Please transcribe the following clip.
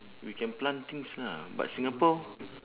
we can plant things lah but singapore